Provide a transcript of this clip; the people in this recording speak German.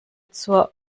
zur